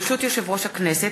ברשות יושב-ראש הכנסת,